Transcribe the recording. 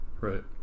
right